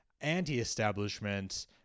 anti-establishment